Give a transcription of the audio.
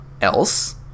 Else